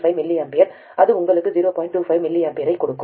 25 mA ஐக் கொடுக்கும்